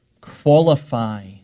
qualify